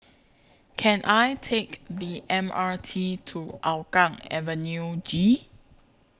Can I Take The M R T to Hougang Avenue G